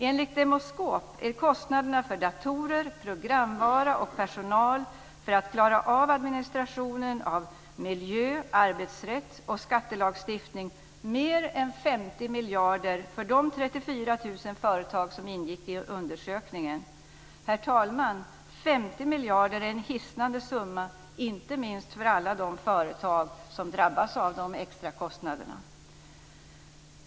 Enligt Demoskop är kostnaderna för datorer, programvara och personal för att klara administrationen av miljö-, arbetsrätts och skattelagstiftning mer än 50 miljarder för de 34 000 företag som ingick i undersökningen. Herr talman! 50 miljarder är en hisnande summa, inte minst för alla de företag som drabbas av de extra kostnaderna.